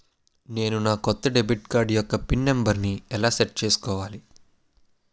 నేను నా కొత్త డెబిట్ కార్డ్ యెక్క పిన్ నెంబర్ని ఎలా సెట్ చేసుకోవాలి?